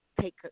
take